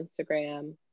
Instagram